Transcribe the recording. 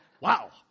Wow